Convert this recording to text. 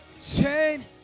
Chain